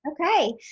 Okay